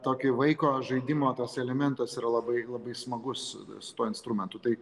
tokį vaiko žaidimo tas elementas yra labai labai smagus su tuo instrumentu tai